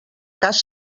cas